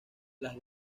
las